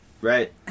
Right